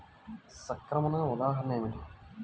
సంక్రమణ ఉదాహరణ ఏమిటి?